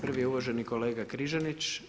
Prvi je uvaženi kolega Križanić.